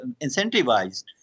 incentivized